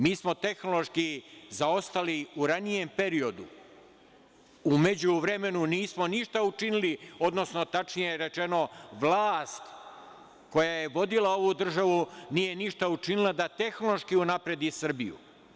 Mi smo tehnološki zaostali u ranijem periodu, u međuvremenu nismo ništa učinili, odnosno tačnije rečeno vlast koja je vodila ovu državu nije ništa učinila da tehnološki unapredi Srbiju.